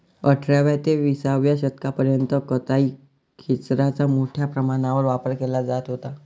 अठराव्या ते विसाव्या शतकापर्यंत कताई खेचराचा मोठ्या प्रमाणावर वापर केला जात होता